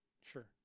sure